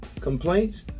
complaints